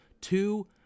Two